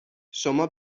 شما